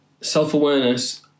Self-awareness